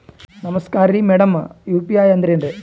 ನಮಸ್ಕಾರ್ರಿ madam UPI ಅಂದ್ರೆನ್ರಿ?